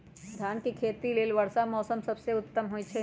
धान के खेती लेल वर्षा मौसम सबसे उत्तम होई छै